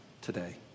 today